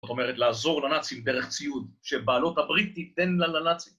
זאת אומרת, לעזור לנאצים דרך ציוד של בעלות הברית אין לנאצים.